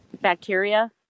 bacteria